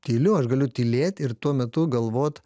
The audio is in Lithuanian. tyliu aš galiu tylėt ir tuo metu galvot